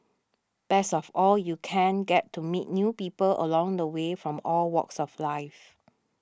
best of all you can get to meet new people along the way from all walks of life